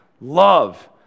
Love